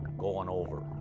goin' over.